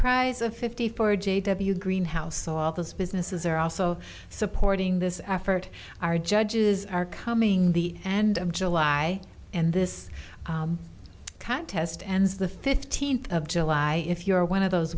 prize of fifty four j w greenhouse all those businesses are also supporting this effort our judges are coming the and of july and this contest ends the fifteenth of july if you are one of those